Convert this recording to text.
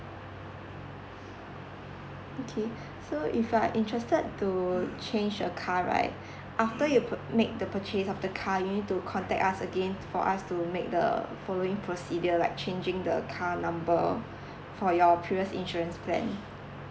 okay so if you are interested to change the car right after you put make the purchase of the car you need to contact us again for us to make the following procedure like changing the car number for your previous insurance plan